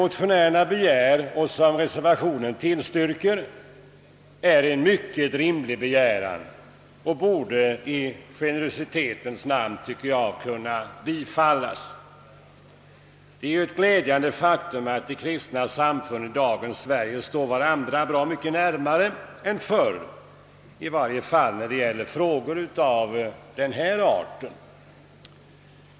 motionärerna begär och som tillstyrks i reservationen är något mycket rimligt och borde tycker jag i generositetens namn kunna bifallas. Det är ett glädjande faktum, att de kristna samfunden i dagens Sverige står varandra bra mycket närmare än förr, i varje fall vad beträffar frågor av denna art.